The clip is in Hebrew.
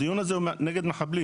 הדיון הזה הוא נגד מחבלים.